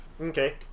Okay